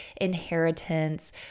inheritance